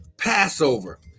Passover